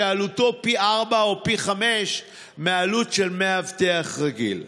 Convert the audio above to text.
שעלותו פי ארבעה או פי חמישה מהעלות של מאבטח רגיל.